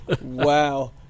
Wow